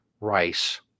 Rice